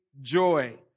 joy